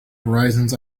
horizons